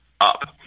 up